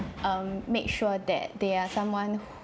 um make sure that they are someone